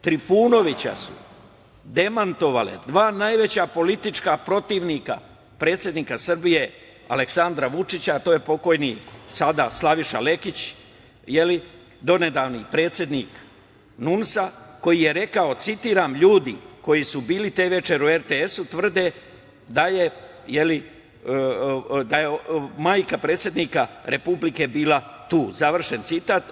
Trifunovića su demantovala dva najveća politička protivnika predsednika Srbije, Aleksandra Vučića, a to je pokojni sada Slaviša Lekić, donedavni predsednik NUNS-a, koji je rekao, citiram: „Ljudi koji su bili te večeri u RTS tvrde da je majka predsednika Republike bila tu“, završen citat.